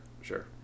sure